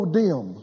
dim